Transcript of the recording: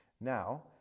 Now